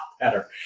better